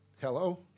Hello